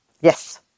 Yes